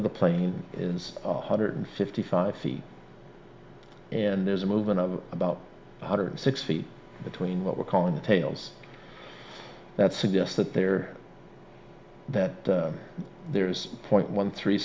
of the plane is a hundred and fifty five feet and there's a movement of about one hundred six feet between what we're calling the tails that suggests that there that there's a point one three